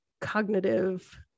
cognitive